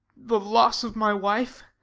the loss of my wife,